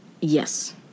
Yes